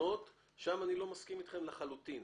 שם אני לא מסכים איתכם לחלוטין.